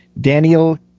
Daniel